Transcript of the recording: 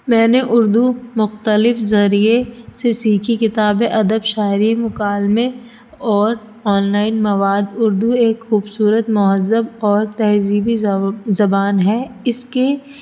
میں نے اردو مختلف ذریعے سے سیکھی کتابیں ادب شاعری مقالمے اور آن لائن مواد اردو ایک خوبصورت مہذب اور تہذیبی زبان ہے اس کے